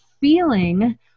feeling